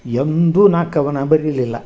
ಎಂದೂ ನಾ ಕವನ ಬರಿಲಿಲ್ಲ